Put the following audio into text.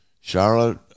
Charlotte